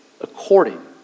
according